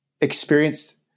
experienced